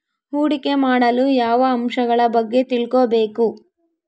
ಹೂಡಿಕೆ ಮಾಡಲು ಯಾವ ಅಂಶಗಳ ಬಗ್ಗೆ ತಿಳ್ಕೊಬೇಕು?